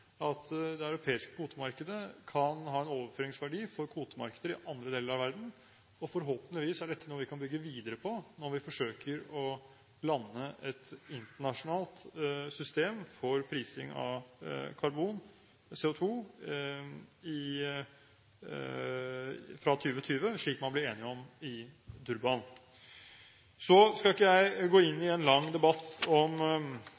at det europeiske kvotemarkedet kan ha en overføringsverdi for kvotemarkeder i andre deler av verden. Forhåpentligvis er dette noe vi kan bygge videre på når vi forsøker å lande et internasjonalt system for prising av karbon, CO2, fra 2020, slik man ble enige om i Durban. Så skal ikke jeg gå inn i en lang debatt om